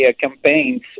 campaigns